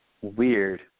Weird